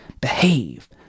Behave